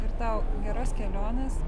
ir tau geros kelionės